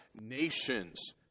nations